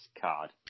card